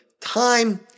time